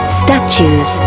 statues